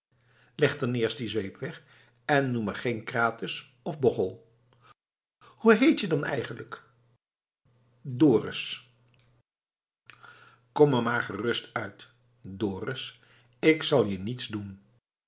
leg dan eerst die zweep weg en noem me geen krates of bochel hoe heet je dan eigenlijk dorus kom er maar gerust uit dorus ik zal je niets doen